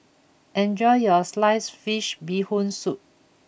enjoy your Sliced Fish Bee Hoon Soup